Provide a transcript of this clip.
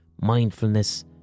mindfulness